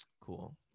Cool